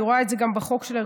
אני רואה את זה גם בחוק שלי,